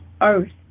earth